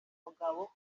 umugabo